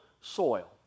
soil